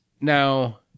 Now